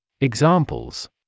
Examples